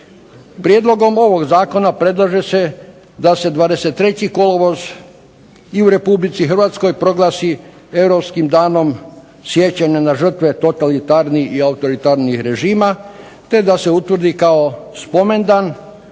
Prijedlogom ovog zakona predlaže se da se 23. kolovoz i u Republici Hrvatskoj proglasi Europskim danom sjećanja na žrtve totalitarnih i autoritarnih režima, te da se utvrdi kao spomendan